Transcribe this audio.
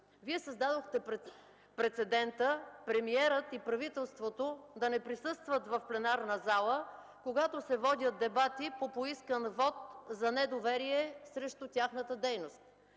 Вие създадохте прецедента премиерът и правителството да не присъстват в пленарната зала, когато се водят дебати по поискан вот за недоверие срещу тяхната дейност.